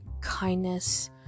kindness